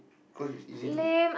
cause is easy to